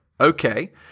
Okay